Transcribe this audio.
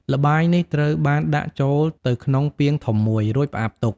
ល្បាយនេះត្រូវបានដាក់ចូលទៅក្នុងពាងធំមួយ រួចផ្អាប់ទុក។